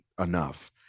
enough